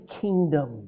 kingdom